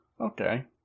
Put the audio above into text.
Okay